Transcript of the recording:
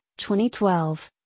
2012